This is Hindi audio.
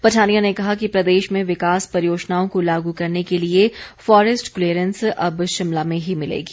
पठानिया ने कहा कि प्रदेश में विकास परियोजनाओं को लागू करने के लिए फॉरेस्ट क्लीयरेंस अब शिमला में ही मिलेगी